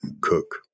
cook